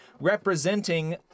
representing